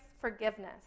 forgiveness